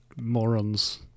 morons